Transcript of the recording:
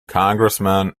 congressman